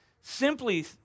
simply